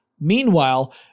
Meanwhile